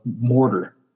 mortar